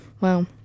wow